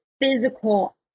physical